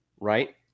Right